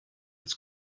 its